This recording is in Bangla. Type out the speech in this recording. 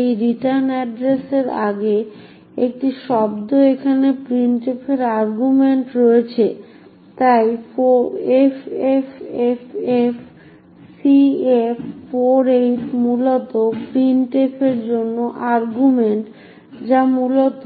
এই রিটার্ন অ্যাড্রেসের আগে একটি শব্দ যেখানে প্রিন্টফের আর্গুমেন্ট রয়েছে তাই ffffcf48 মূলত printf এর জন্য আর্গুমেন্ট যা মূলত